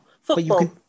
football